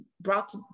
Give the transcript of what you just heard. brought